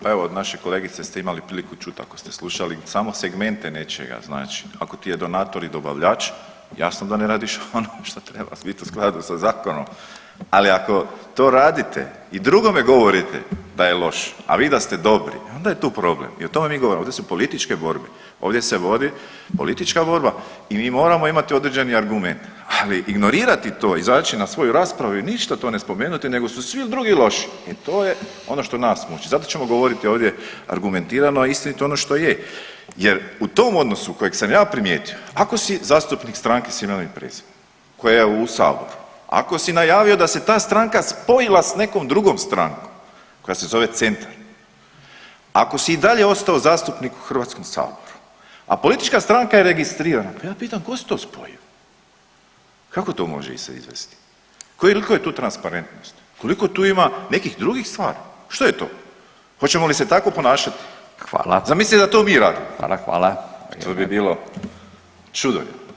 Pa evo od naše kolegice ste imali priliku čut ako ste slušali samo segmente nečega znači ako ti je donator i dobavljač jasno da ne radiš ono što treba bit u skladu sa zakonom, ali ako to radite i drugome govorite da je loš, a vi da ste dobri onda je tu problem i o tome mi govorimo, ovdje su političke borbe, ovdje se vodi politička borba i mi moramo imati određeni argument, ali ignorirati to i izaći na svoju raspravu i ništa to ne spomenuti nego su svi drugi loši, e to je ono što nas muči, zato ćemo govoriti ovdje argumentirano i istinito ono što je jer u tom odnosu kojeg sam ja primijetio ako si zastupnik Stranke s imenom i prezimenom koja je u saboru, ako si najavio da se ta stranka spojila s nekom drugom strankom koja se zove Centar, ako si i dalje ostao zastupnik u HS, a politička stranka je registrirana, pa ja pitam ko se to spojio, kako to može se izvesti, koliko je tu transparentnosti, koliko tu ima nekih drugih stvari, što je to, hoćemo li se tako ponašati, zamislite da mi to radimo, to bi bilo čudo.